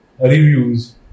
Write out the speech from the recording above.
reviews